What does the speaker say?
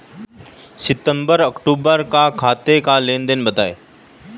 सितंबर अक्तूबर का खाते का लेनदेन बताएं